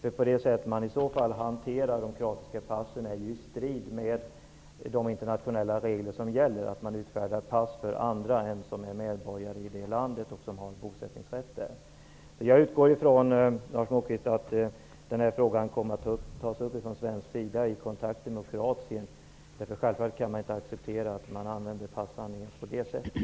Att man utfärdar pass för andra än medborgare som har bosättningsrätt i det egna landet står ju i strid med de internationella regler som gäller. Lars Moquist, jag utgår från att den här frågan från svensk sida kommer att tas upp i kontakter med Kroatien. Självfallet kan man inte acceptera att passhandlingar används på det här sättet.